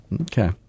Okay